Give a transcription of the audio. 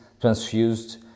transfused